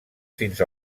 fins